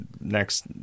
next